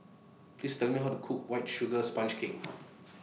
Please Tell Me How to Cook White Sugar Sponge Cake